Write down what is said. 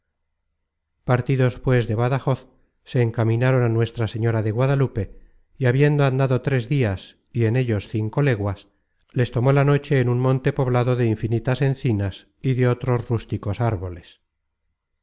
partidos pues de badajoz se encaminaron á nuestra señora de guadalupe y habiendo andado tres dias y en ellos cinco leguas les tomó la noche en un monte poblado de infinitas encinas y de otros rústicos árboles